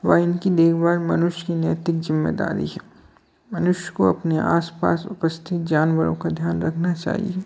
व इनकी देखभाल मनुष्य की नैतिक ज़िम्मेदारी है मनुष्य को अपने आस पास उपस्थित जानवरों का ध्यान रखना चाहिए